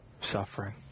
suffering